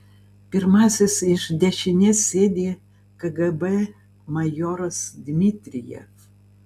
pirmasis iš dešinės sėdi kgb majoras dmitrijev